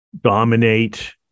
dominate